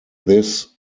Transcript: this